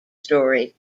story